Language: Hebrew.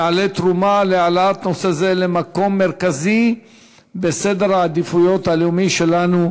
יעלה תרומה להעלאת נושא זה למקום מרכזי בסדר העדיפויות הלאומי שלנו.